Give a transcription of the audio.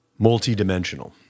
multidimensional